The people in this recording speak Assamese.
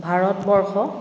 ভাৰতবৰ্ষ